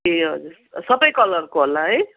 ए हजुर सबै कलरको होला है